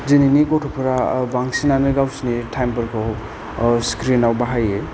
दिनैनि गथ'फोरा बांसिनानो गावसोरनि टाइम फोरखौ स्क्रिनाव बाहायो